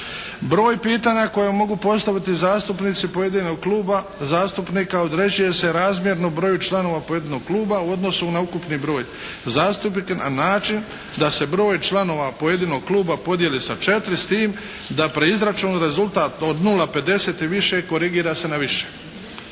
Broj pitanja koji mogu postaviti zastupnici pojedinog kluba zastupnika određuje se razmjerno broju članova pojedinog kluba u odnosu na ukupni broj zastupnika na način da se broj članova pojedinog kluba podijeli sa četiri s tim da pri izračunu rezultat od 0,50 i više korigira se na više.